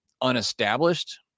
unestablished